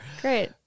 Great